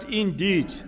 indeed